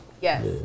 Yes